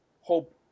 hope